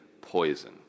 poison